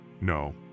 No